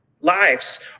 lives